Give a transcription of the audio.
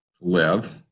live